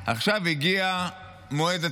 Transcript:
עכשיו הגיע מועד התשלום.